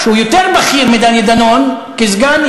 שהוא יותר בכיר מדני דנון כסגן,